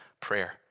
prayer